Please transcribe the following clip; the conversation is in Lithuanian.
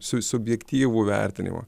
su subjektyvų vertinimą